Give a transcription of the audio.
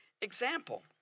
example